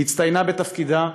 היא הצטיינה בתפקידה,